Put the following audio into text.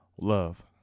Love